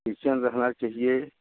kitchen रहना चाहिए